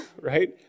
right